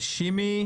שימי